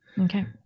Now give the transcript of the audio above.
Okay